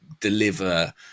deliver